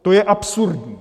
To je absurdní.